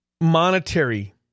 monetary